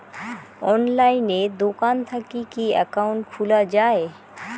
অনলাইনে দোকান থাকি কি একাউন্ট খুলা যায়?